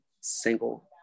single